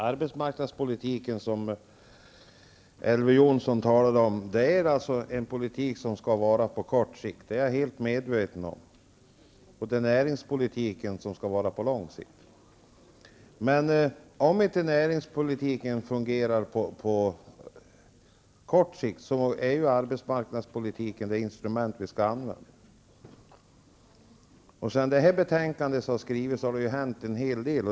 Herr talman! Elver Jonsson sade att arbetsmarknadspolitiken skall verka på kort sikt. Det är jag helt medveten om. Näringspolitiken skall verka på lång sikt. Om näringspolitiken inte fungerar är arbetsmarknadspolitiken det instrument vi skall använda. Sedan det här betänkandet skrevs har det hänt en hel del.